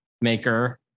maker